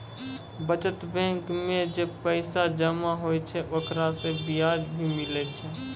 बचत बैंक मे जे पैसा जमा होय छै ओकरा से बियाज भी मिलै छै